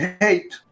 hate